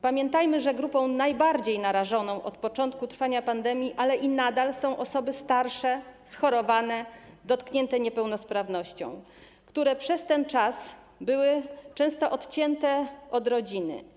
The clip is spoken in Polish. Pamiętajmy, że grupą najbardziej narażoną od początku trwania pandemii, ale i nadal są osoby starsze, schorowane, dotknięte niepełnosprawnością, które przez ten czas były często odcięte od rodziny.